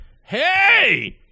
Hey